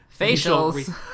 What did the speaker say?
facials